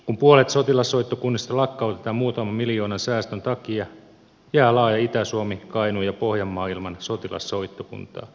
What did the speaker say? kun puolet sotilassoittokunnista lakkautetaan muutaman miljoonan säästön takia jäävät laaja itä suomi kainuu ja pohjanmaa ilman sotilassoittokuntaa